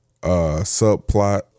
subplot